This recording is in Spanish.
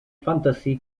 fantasy